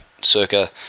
circa